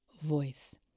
voice